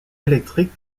électrique